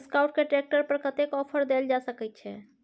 Escort के tractor पर कतेक ऑफर दैल जा सकेत छै?